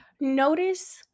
notice